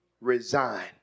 Resign